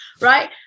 right